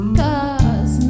cause